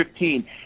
2015